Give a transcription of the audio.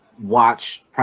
watch